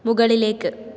മുകളിലേക്ക്